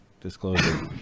disclosure